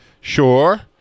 sure